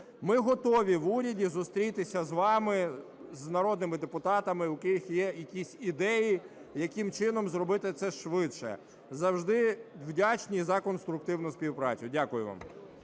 Ми готові в уряді зустрітися з вами, з народними депутатами, у яких є якісь ідеї, яким чином зробити це швидше. Завжди вдячні за конструктивну співпрацю. Дякую вам.